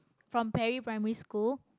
from perry-primary-school